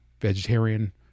vegetarian